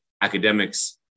academics